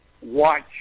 watch